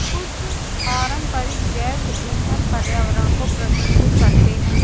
कुछ पारंपरिक जैव ईंधन पर्यावरण को प्रदूषित करते हैं